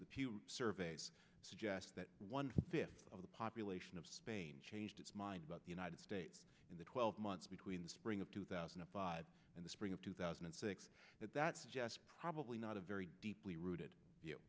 the surveys suggest that one of the population of spain changed its mind about the united states in the twelve months between the spring of two thousand and five in the spring of two thousand and six that suggests probably not a very deeply rooted view